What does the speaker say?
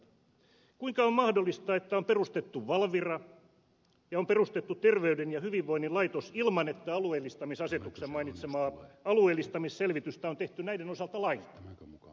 kuinka on mahdollista että on perustettu valvira ja on perustettu ter veyden ja hyvinvoinnin laitos ilman että alueellistamisasetuksen mainitsemaa alueellistamisselvitystä on tehty näiden osalta lainkaan